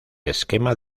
esquema